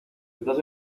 estás